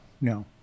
no